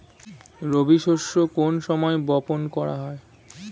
রবি শস্য কোন সময় বপন করা হয়?